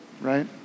right